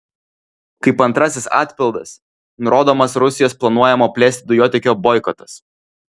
kaip antrasis atpildas nurodomas rusijos planuojamo plėsti dujotiekio boikotas